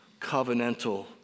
covenantal